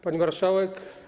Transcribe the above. Pani Marszałek!